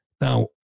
Now